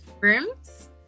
rooms